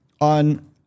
on